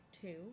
two